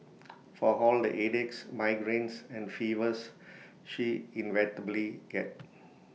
for all the headaches migraines and fevers she inevitably get